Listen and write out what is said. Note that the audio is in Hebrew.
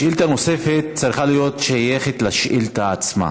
שאילתה נוספת צריכה להיות שייכת לשאילתה עצמה.